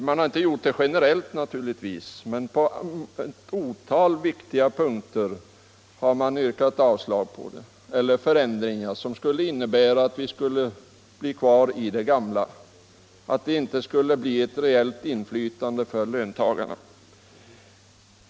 Man har naturligtvis inte gjort det generellt, men på ett otal viktiga punkter begär man förändringar som skulle innebära att vi blev kvar i det gamla och att löntagarna inte skulle få något reellt inflytande.